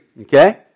Okay